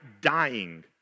dying